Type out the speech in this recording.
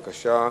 בבקשה,